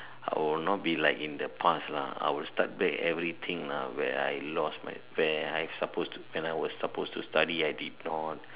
I'll not be like in the past lah I'll start back everything lah where I lost my I supposed when I was supposed to study I did not